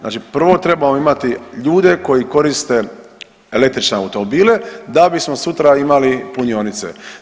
Znači prvo trebamo imati ljude koji koriste električne automobile da bismo sutra imali punionice.